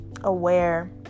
aware